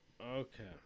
okay